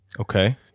Okay